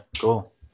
cool